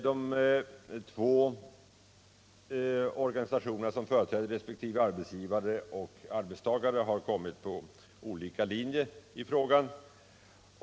De två organisationer som företräder arbetsgivare och arbetstagare har hamnat på olika linjer i frågan.